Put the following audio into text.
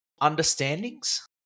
understandings